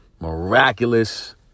miraculous